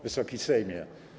Wysoki Sejmie!